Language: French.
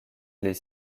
les